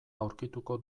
aurkituko